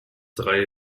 drei